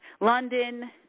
london